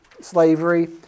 slavery